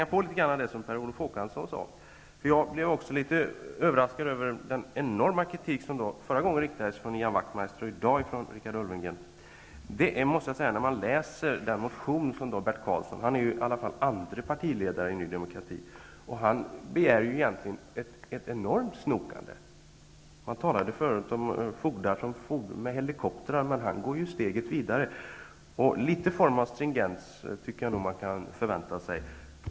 Jag vill anknyta till det som Per Olof Håkansson sade. Också jag blev litet överraskad över den enorma kritik som Ian Wachtmeister förra gången framförde och som framförs i dag av Richard Ulfvengren. Bert Karlsson är ändå andre man i ert parti. När man läser den motion som han har väckt, finner man att han begär ett enormt snokande. Det talades förut om fogdar som for omkring i helikoptrar, men Bert Karlsson går ju steget vidare. Någon form av stringens tycker jag ändå att man kan förvänta sig.